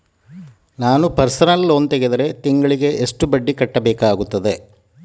ನಾನು personal loan ತೆಗೆದರೆ ತಿಂಗಳಿಗೆ ಎಷ್ಟು ಬಡ್ಡಿ ಕಟ್ಟಬೇಕಾಗುತ್ತದೆ?